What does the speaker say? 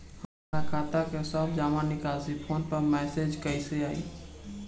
हमार खाता के सब जमा निकासी फोन पर मैसेज कैसे आई?